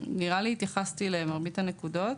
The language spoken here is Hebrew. נראה לי שהתייחסתי למרבית הנקודות.